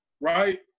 right